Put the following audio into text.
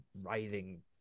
writhing